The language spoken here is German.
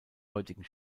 heutigen